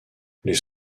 les